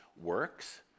works